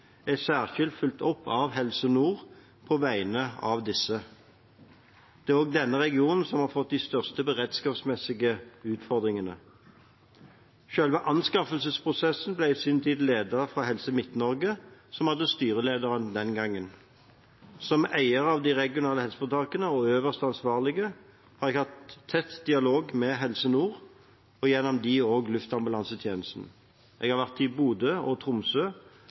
er særskilt fulgt opp av Helse Nord på vegne av disse. Det er også denne regionen som har fått de største beredskapsmessige utfordringene. Selve anskaffelsesprosessen ble i sin tid ledet fra Helse Midt-Norge, som hadde styreleder den gangen. Som eier av de regionale helseforetakene og øverste ansvarlig har jeg hatt tett dialog med Helse Nord, og gjennom dem også med Luftambulansetjenesten. Jeg har vært i Bodø og Tromsø